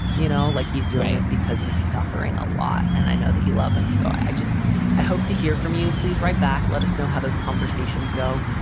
you know, like he's doing this because he's suffering a lot. and i know that you love him. so i just i hope to hear from you. please write back. let us know how those conversations go.